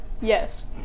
Yes